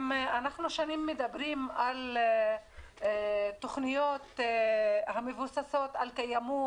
אנחנו שנים מדברים על תוכניות המבוססות על קיימות,